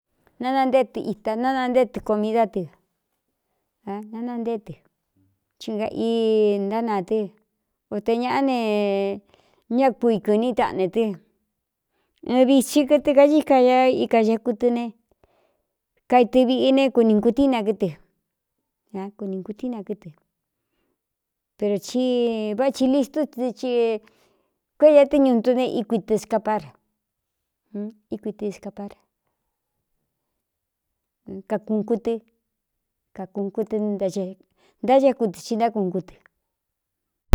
Nánanté tɨ ita nánantée tɨ komidá tɨ nanantée tɨ chi uga ii ntánaa tɨ o te ñāꞌá ne ñá kui kɨ̄ní taꞌne tɨ ɨn vithi kɨtɨ kaíka ña ikaxeku tɨ ne kaitɨ viꞌi ne kuni ngutína kɨ́tɨ á kuni ngutína kɨtɨ pero ci vá ci listú tɨ i kuée a tɨ́ ñuꞌtu ne íkuitɨ skapar ikuitɨ saparkakūnku tɨ kakūnkutɨ ntácáku tɨ ci ntákūnku tɨ.